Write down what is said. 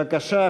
בבקשה,